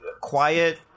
quiet